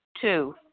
Two